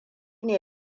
ne